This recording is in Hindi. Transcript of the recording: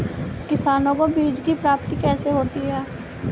किसानों को बीज की प्राप्ति कैसे होती है?